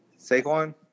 Saquon